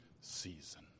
season